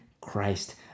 Christ